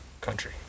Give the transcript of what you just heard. country